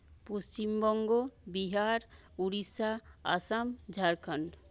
Paschimbanga Bihar Orissa Assam Jharkhand